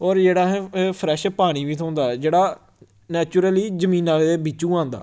और जेह्ड़ा असें फ्रैश पानी बी थ्होंदा जेह्ड़ा नैचुरली जमीनां दे बिच्चुं औंदा